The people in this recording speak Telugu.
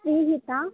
శ్రీజిత